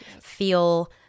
feel